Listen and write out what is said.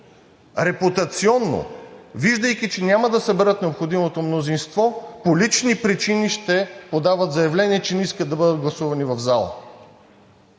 репутационно, виждайки, че няма да съберат необходимото мнозинство, по лични причини ще подават заявление, че не искат да бъдат гласувани в залата.